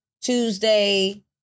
Tuesday